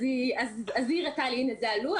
אז היא הראתה לי, הנה, זה הלוח.